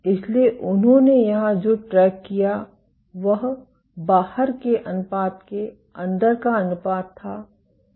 इसलिए उन्होंने यहां जो ट्रैक किया वह बाहर के अनुपात के अंदर का अनुपात था